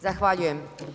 Zahvaljujem.